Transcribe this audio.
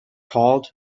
called